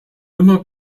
immer